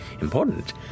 important